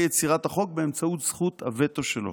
יצירת החוק באמצעות זכות הווטו שלו